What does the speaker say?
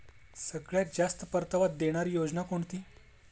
सगळ्यात जास्त परतावा देणारी योजना कोणती?